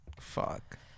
fuck